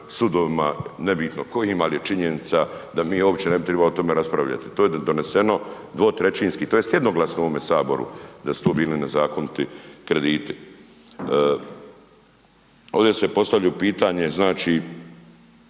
sudovima nebitno kojim ali je činjenica da mi uopće ne bi tribali o tome raspravljati. To je doneseno 2/3 tj. jednoglasno u ovome saboru da su to bili nezakoniti krediti. Ovdje se postavlja pitanje znači